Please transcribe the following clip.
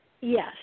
Yes